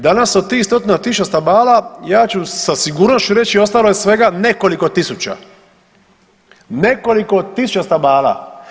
Danas od tih stotina tisuća stabala, ja ću sa sigurnošću reći ostalo je svega nekoliko tisuća, nekoliko tisuća stabala.